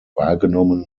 wahrgenommen